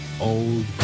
old